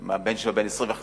אם הבן שלו בן 25,